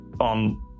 on